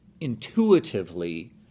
intuitively